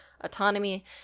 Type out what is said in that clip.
autonomy